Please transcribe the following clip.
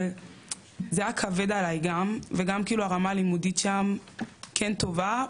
אבל זה היה כבד עליי גם וגם כאילו הרמה הלימודית שם כן טובה,